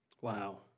Wow